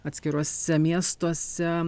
atskiruose miestuose